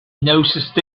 noticed